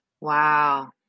Wow